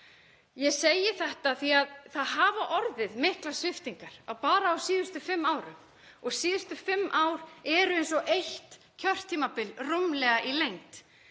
Ég segi þetta því að það hafa orðið miklar sviptingar bara á síðustu fimm árum og síðustu fimm ár eru eins og eitt kjörtímabil rúmlega í lengd.